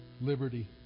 liberty